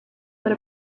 that